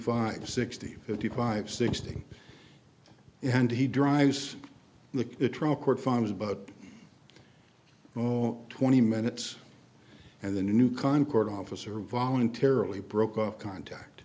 five sixty fifty five sixty and he drives in the trial court finds but oh twenty minutes and the new concord officer voluntarily broke off contact